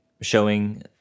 showing